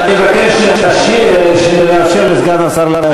אני מבקש לאפשר לסגן השר להשיב.